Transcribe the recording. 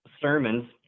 sermons